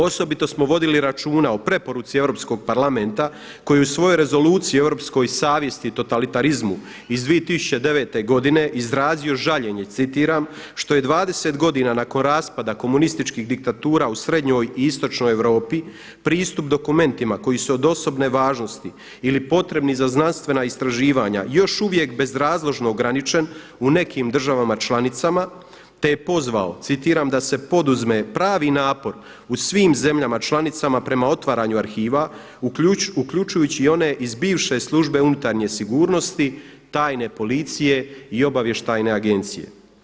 Osobito smo vodili računa o preporuci Europskog parlamenta koji je u svojoj Rezoluciji europskoj savjesti i totalitarizmu iz 2009. godine izrazio žaljenje, citiram što je 20 godina nakon raspada komunističkih diktatura u srednjoj i istočnoj Europi pristup dokumentima koji su od osobne važnosti potrebni za znanstvena istraživanja još uvijek bezrazložno ograničen u nekim državama članicama, te je pozvao citiram da se poduzme pravi napor u svim zemljama članicama prema otvaranju arhiva uključujući i one iz bivše službe unutarnje sigurnosti, tajne policije i obavještajne agencije.